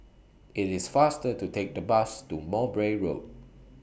IT IS faster to Take The Bus to Mowbray Road